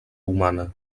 humana